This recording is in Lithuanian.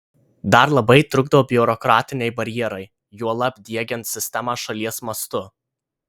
dar labai trukdo biurokratiniai barjerai juolab diegiant sistemą šalies mastu